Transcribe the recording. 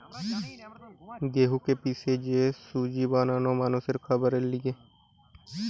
গেহুকে পিষে যে সুজি বানানো মানুষের খাবারের লিগে